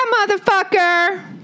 motherfucker